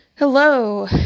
Hello